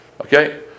Okay